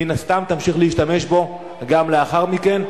מן הסתם תמשיך להשתמש בו גם לאחר מכן.